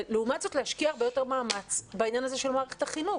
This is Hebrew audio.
ולעומת זאת להשקיע הרבה יותר מאמץ בעניין הזה של מערכת החינוך.